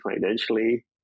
financially